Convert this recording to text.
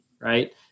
right